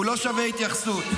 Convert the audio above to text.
-- הוא לא שווה התייחסות.